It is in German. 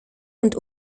und